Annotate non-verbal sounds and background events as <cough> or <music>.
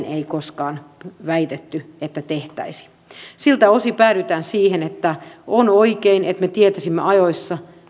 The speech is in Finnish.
<unintelligible> ei koskaan väitetty että näin tehtäisiin siltä osin päädytään siihen että on oikein että me tietäisimme ajoissa